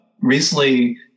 recently